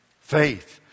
Faith